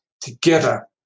Together